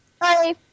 Bye